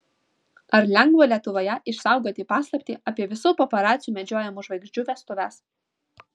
ar lengva lietuvoje išsaugoti paslaptį apie visų paparacių medžiojamų žvaigždžių vestuves